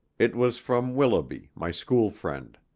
it was from willoughby, my school-friend.